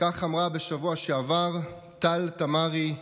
כך אמרה בשבוע שעבר טל תמרי,